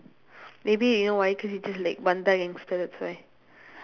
maybe you know why because he just like gangster that's why